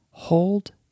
hold